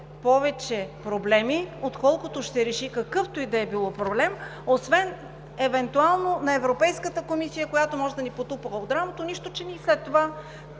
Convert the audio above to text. повече проблеми, отколкото да реши какъвто и да било проблем, освен евентуално на Европейската комисия, която може да ни потупа по рамото, нищо че след това